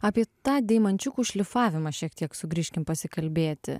apie tą deimančiukų šlifavimą šiek tiek sugrįžkim pasikalbėti